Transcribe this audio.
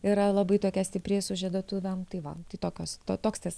yra labai tokia stipri sužieduotuvėm tai va tai tokios toks tas